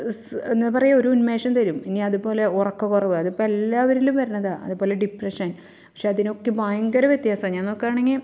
സ് എന്താ പറയുക ഒരുന്മേഷം തരും ഇനി അതുപോലെ ഉറക്കക്കുറവ് അതിപ്പോൾ എല്ലാവരിലും വരണതാണ് അതുപോലെ ഡിപ്രഷൻ പക്ഷെ അതിനെയൊക്കെ ഭയങ്കര വ്യത്യാസാ ഞാൻ നോക്കാണെങ്കിൽ